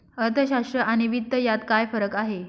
अर्थशास्त्र आणि वित्त यात काय फरक आहे